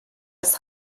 das